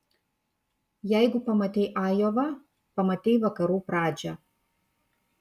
jeigu pamatei ajovą pamatei vakarų pradžią